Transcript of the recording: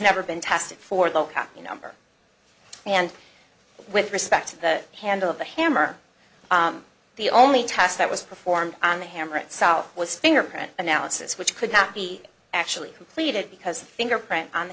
never been tested for the crap you number and with respect to the handle of the hammer the only test that was performed on the hammer itself was fingerprint analysis which could not be actually completed because the fingerprint on the